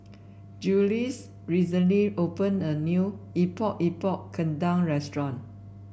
Jiles recently opened a new Epok Epok Kentang restaurant